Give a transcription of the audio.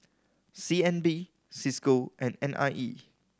C N B Cisco and N I E